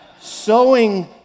sowing